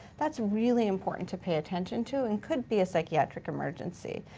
that's really important to pay attention to and could be psychiatric emergency.